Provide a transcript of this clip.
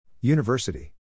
University